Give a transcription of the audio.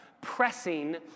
pressing